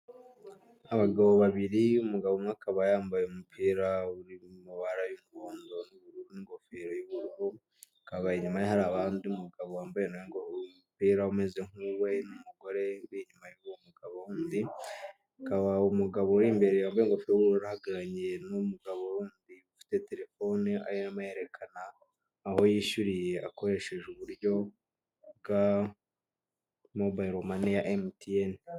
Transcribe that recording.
Abagabo babiri umugabo umwe akaba yambaye umupira uri mu mabara y'umuhondo n'ingofero y'ubururu inyuma ye hari abandi, umugabo wambaye umupira umeze nkuwe n'umugore uri inyuma yuwo mugabo wundi, uri imbere ye n'umugabo ufite telefone arimo yerekana aho yishyuriye akoresheje uburyo bwa mobile money ya mtn.